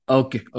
okay